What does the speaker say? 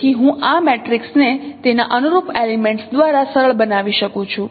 તેથી હું આ મેટ્રિક્સને તેના અનુરૂપ એલિમેન્ટ્સ દ્વારા સરળ બનાવી શકું છું